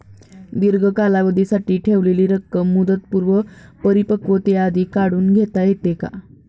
दीर्घ कालावधीसाठी ठेवलेली रक्कम मुदतपूर्व परिपक्वतेआधी काढून घेता येते का?